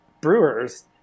brewers